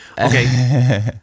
Okay